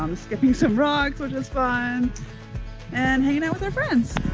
um skipping some rocks which was fun and hanging out with our friends.